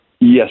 Yes